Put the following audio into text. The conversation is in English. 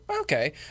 Okay